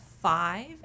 five